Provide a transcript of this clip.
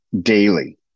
daily